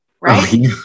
right